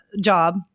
job